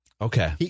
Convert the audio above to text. Okay